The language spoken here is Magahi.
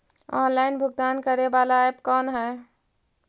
ऑनलाइन भुगतान करे बाला ऐप कौन है?